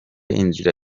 inzira